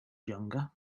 younger